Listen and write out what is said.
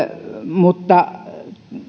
mutta